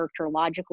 characterological